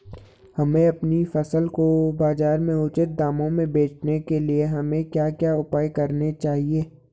हमें अपनी फसल को बाज़ार में उचित दामों में बेचने के लिए हमें क्या क्या उपाय करने चाहिए?